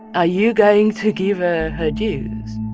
ah you going to give her her dues?